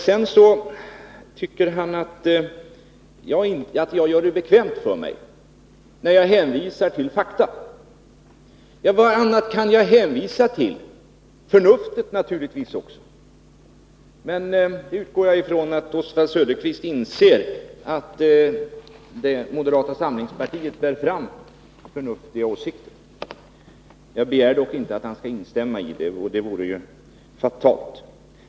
Oswald Söderqvist tycker att jag gör det bekvämt för mig när jag hänvisar tillfakta. Ja, vad annat kan jag hänvisa till? Jag kan naturligtvis också hänvisa till förnuftet, men jag utgår från att Oswald Söderqvist inser att moderata samlingspartiet för fram förnuftiga åsikter. Jag begär dock inte att Oswald Söderqvist skall instämma med mig — det vore ju fatalt.